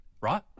right